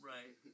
Right